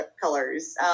colors